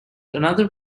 another